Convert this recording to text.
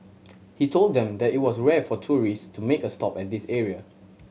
he told them that it was rare for tourist to make a stop at this area